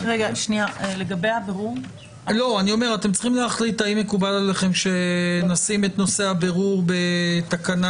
אתם צריכים להחליט האם מקובל עליהם שנשים את נושא הבירור בתקנה.